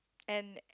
and